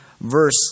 verse